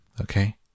okay